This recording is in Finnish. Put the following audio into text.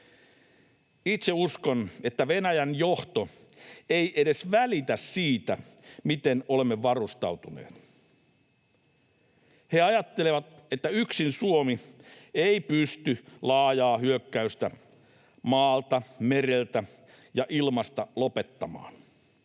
Itse uskon, että Venäjän johto ei edes välitä siitä, miten olemme varustautuneet. He ajattelevat, että yksin Suomi ei pysty laajaa hyökkäystä maalta, mereltä ja ilmasta lopettamaan.